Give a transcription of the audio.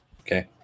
Okay